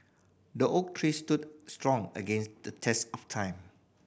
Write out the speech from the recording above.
the oak stood strong against the test of time